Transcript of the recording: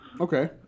Okay